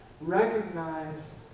recognize